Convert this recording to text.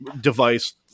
device